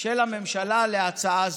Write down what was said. של הממשלה להצעה זו.